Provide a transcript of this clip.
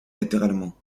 latéralement